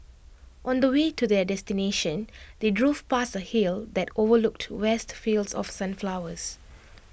on the way to their destination they drove past A hill that overlooked vast fields of sunflowers